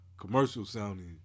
commercial-sounding